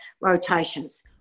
rotations